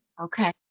okay